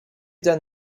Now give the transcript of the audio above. done